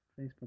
Facebook